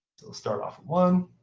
we'll start off with one,